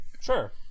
Sure